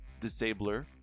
Disabler